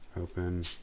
open